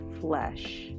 flesh